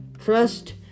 Trust